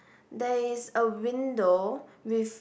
there is a window with